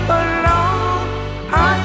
alone